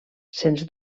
sens